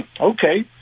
okay